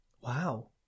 wow